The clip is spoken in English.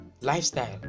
lifestyle